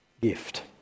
gift